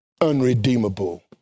unredeemable